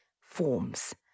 forms